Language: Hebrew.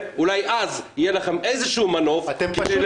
הדברים שלך --- את לימדת אותי מה זה פופוליזם,